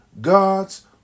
God's